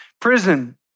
prison